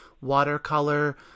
watercolor